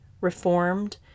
reformed